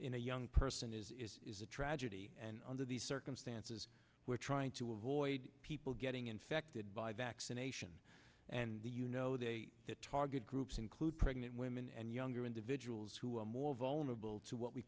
in a young person is a tragedy and under these circumstances we're trying to avoid people getting infected by vaccination and the you know they target groups include pregnant women and younger individuals who are more vulnerable to what we